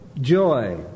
joy